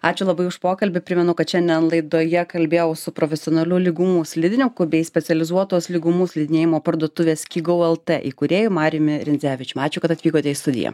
ačiū labai už pokalbį primenu kad šiandien laidoje kalbėjau su profesionaliu lygumų slidininku bei specializuotos lygumų slidinėjimo parduotuvės skigou lt įkūrėju marijumi rindzevičium ačiū kad atvykote į studiją